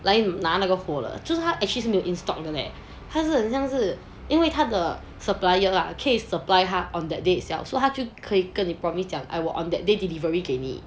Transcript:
来拿那个货了就是他 actually 是没有 in stock 的 leh 他是很像是因为他的 supplier lah 可以 supply 他 on that date itself so 他就可以跟你 promise 讲 on that day delivery 给你